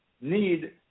need